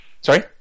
Sorry